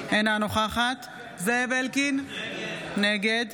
אינה נוכחת זאב אלקין, נגד